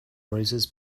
roses